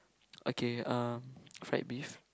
okay um fried beef